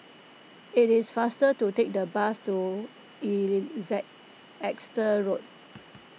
it is faster to take the bus to Exeter Road